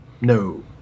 No